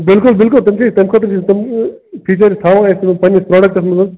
بلکُل بِلکُل تمہ خٲطرٕ چھِ أسۍ فیٖچرس تھاوان یتھ پَننِس پروڈَکٹَس مَنٛز